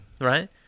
right